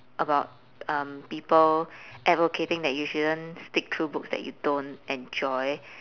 about um people advocating that you shouldn't stick through books that you don't enjoy